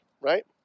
right